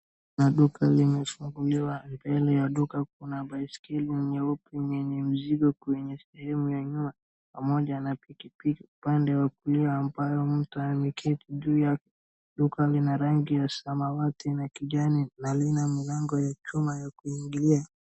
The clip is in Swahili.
Kuna duka limefunguliwa mbele ya duka kuna baiskeli yenye mzigo sehemu ya nyuma pamoja na pikipiki upande wa kulia ambayo mtu ameketi juu yake. Duka lina rangi ya samawati na kijani na lina mlango ya chuma ya kuingilia.